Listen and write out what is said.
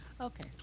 Okay